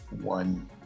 one